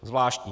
Zvláštní.